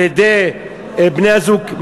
על-ידי בני-הזוג,